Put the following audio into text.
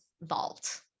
vault